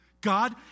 God